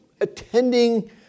attending